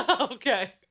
Okay